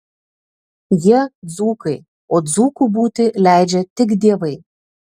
jie dzūkai o dzūku būti leidžia tik dievai